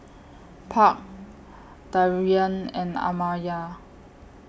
Park Darrian and Amaya